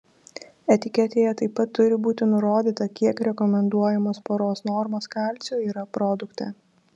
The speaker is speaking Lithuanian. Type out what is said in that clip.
etiketėje taip pat turi būti nurodyta kiek rekomenduojamos paros normos kalcio yra produkte